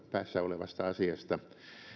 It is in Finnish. päässä olevasta asiasta